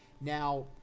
Now